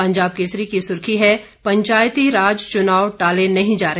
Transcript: पंजाब केसरी की सुर्खी है पंचायती राज चुनाव टाले नहीं जा रहे